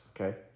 Okay